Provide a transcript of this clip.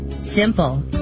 simple